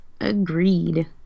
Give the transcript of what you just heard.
agreed